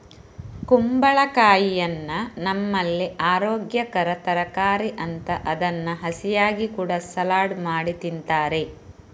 ಕುಂಬಳಕಾಯಿಯನ್ನ ನಮ್ಮಲ್ಲಿ ಅರೋಗ್ಯಕರ ತರಕಾರಿ ಅಂತ ಅದನ್ನ ಹಸಿಯಾಗಿ ಕೂಡಾ ಸಲಾಡ್ ಮಾಡಿ ತಿಂತಾರೆ